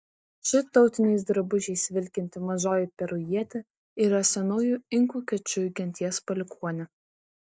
ši tautiniais drabužiais vilkinti mažoji perujietė yra senųjų inkų kečujų genties palikuonė